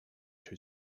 two